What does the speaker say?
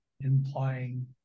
implying